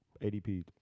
ADP